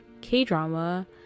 K-drama